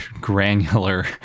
granular